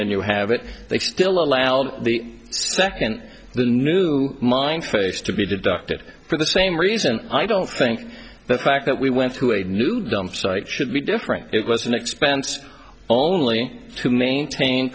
and you have it they still allow the second the new mine face to be deducted for the same reason i don't think the fact that we went to a new dump site should be different it was an expense only to maintain